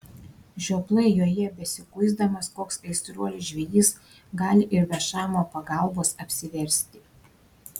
žioplai joje besikuisdamas koks aistruolis žvejys gali ir be šamo pagalbos apsiversti